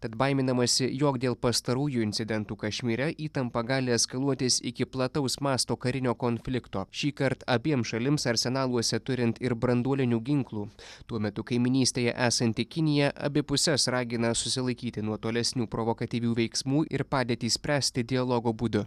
tad baiminamasi jog dėl pastarųjų incidentų kašmyre įtampa gali eskaluotis iki plataus masto karinio konflikto šįkart abiem šalims arsenaluose turint ir branduolinių ginklų tuo metu kaimynystėje esanti kinija abi puses ragina susilaikyti nuo tolesnių provokacinių veiksmų ir padėtį spręsti dialogo būdu